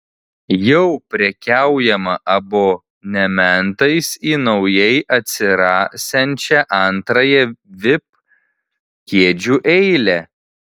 jau prekiaujama abonementais į naujai atsirasiančią antrąją vip kėdžių eilę